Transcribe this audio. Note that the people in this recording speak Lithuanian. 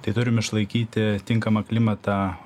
tai turim išlaikyti tinkamą klimatą